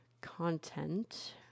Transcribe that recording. content